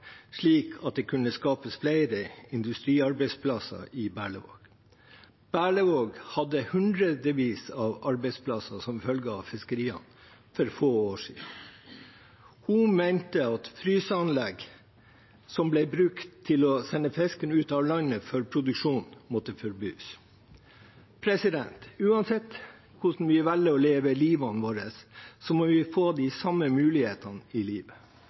slik at det kunne skapes flere industriarbeidsplasser i Berlevåg. Berlevåg hadde hundrevis av arbeidsplasser som følge av fiskeriene for få år siden. Hun mente at fryseanlegg som ble brukt til å sende fisken ut av landet for produksjon, måtte forbys. Uansett hvordan vi velger å leve livene våre, må vi få de samme mulighetene i livet.